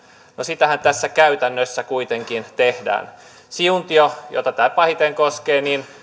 no sitähän tässä käytännössä kuitenkin tehdään siuntio jota tämä pahiten koskee